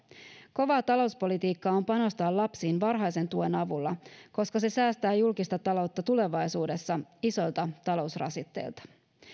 kovaa talouspolitiikkaa on panostaa lapsiin varhaisen tuen avulla koska se säästää julkista taloutta tulevaisuudessa isoilta talousrasitteilta